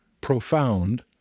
profound